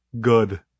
Good